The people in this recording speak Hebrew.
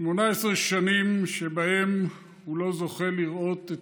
18 שנים שבהן הוא לא זוכה לראות את